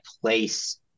place